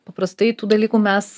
paprastai tų dalykų mes